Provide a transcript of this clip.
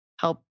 help